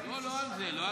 לא, לא על זה.